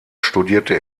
studierte